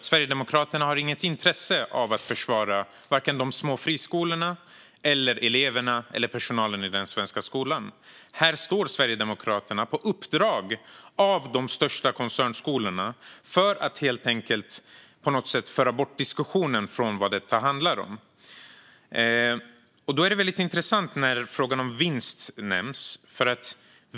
Sverigedemokraterna har inget intresse av att försvara de små friskolorna eller eleverna och personalen i den svenska skolan. Här står Sverigedemokraterna på uppdrag av de största skolkoncernerna för att leda bort diskussionen från vad det här handlar om.